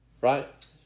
Right